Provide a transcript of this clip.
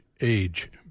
age